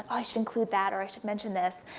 i should include that, or i should mention this.